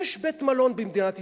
יש בית-מלון במדינת ישראל.